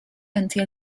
until